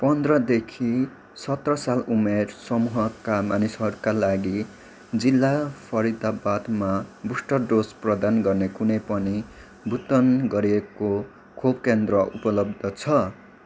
पन्ध्र देखि सत्र साल उमेर समूहका मानिसहरूका लागि जिल्ला फरिदाबादमा बुस्टर डोज प्रदान गर्ने कुनै पनि भुक्तान गरिएको खोप केन्द्र उपलब्ध छ